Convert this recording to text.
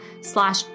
slash